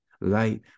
light